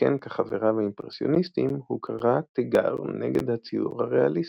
שכן כחבריו האימפרסיוניסטים הוא קרא תיגר נגד הציור הריאליסטי.